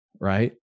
Right